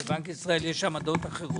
ובבנק ישראל יש עמדות אחרות.